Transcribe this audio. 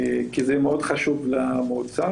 כי זה מאוד חשוב למועצה.